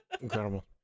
Incredible